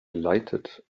delighted